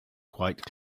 quite